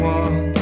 one